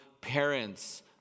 parents